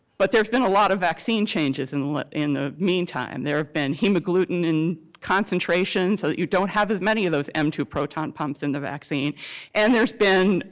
but there's been a lot of vaccine changes and in the meantime. there have been hemoglutin and concentrations so that you don't have as many of those m two proton pumps in the vaccine and there's been